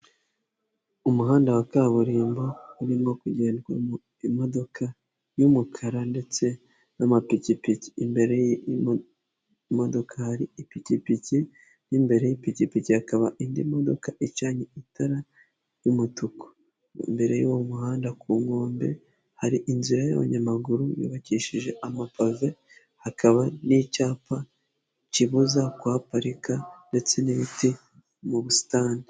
Umuhanda wa kaburimbo urimo kugendamo imodoka y'umukara ndetse n'amapikipiki. Imbere y'imodoka hari ipikipiki n'imbere y'ipikipiki hakaba indi modoka icanye itara ry'umutuku. Imbere y'uwo muhanda ku nkombe, hari inzira y'abanyamaguru yubakishije amapave, hakaba n'icyapa kibuza kuhaparika ndetse n'ibiti mu busitani.